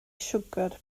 siwgr